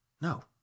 No